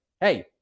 hey